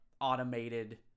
automated